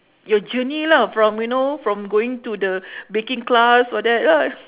your journey lah from you know from going to the baking class all that ah